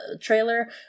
trailer